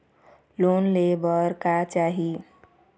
Loan ले बार का चाही?